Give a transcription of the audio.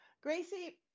Gracie